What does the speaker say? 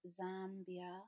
Zambia